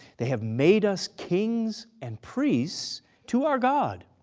they have made us kings and priests to our god,